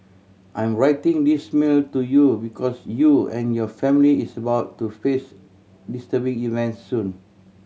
I'm writing this mail to you because you and your family is about to face disturbing events soon